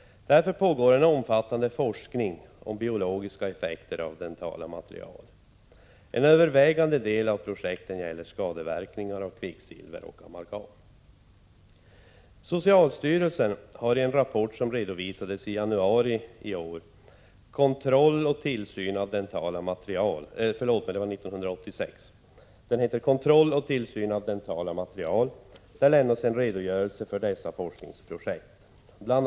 Därför pågår en omfattande forskning om biologiska effekter av dentala material. En övervägande del av projekten gäller skadeverkningar av kvicksilver och amalgam. Socialstyrelsen har i en rapport som redovisades i januari 1986, Kontroll och tillsyn av dentala material, lämnat en redogörelse för dessa forskningsprojekt. Bl.